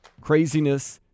craziness